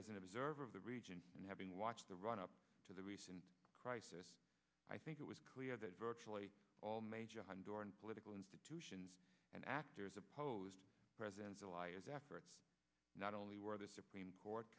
as an observer of the region and having watched the run up to the recent crisis i think it was clear that virtually all major one door and political institutions and actors opposed presidents elias after not only were the supreme court